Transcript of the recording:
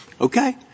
Okay